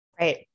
Right